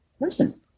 person